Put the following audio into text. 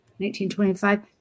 1925